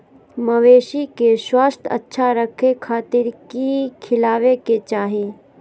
मवेसी के स्वास्थ्य अच्छा रखे खातिर की खिलावे के चाही?